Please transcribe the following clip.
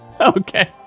Okay